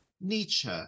Nietzsche